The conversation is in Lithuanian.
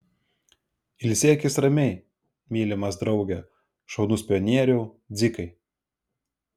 ilsėkis ramiai mylimas drauge šaunus pionieriau dzikai